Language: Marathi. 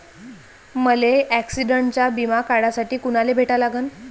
मले ॲक्सिडंटचा बिमा काढासाठी कुनाले भेटा लागन?